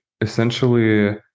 essentially